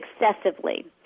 excessively